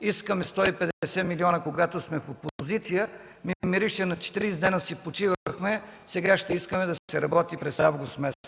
искаме 150 милиона, когато сме в опозиция”, а ми мирише на „40 дни си почивахме, а сега ще искаме да се работи през месец